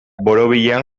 borobilean